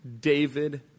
David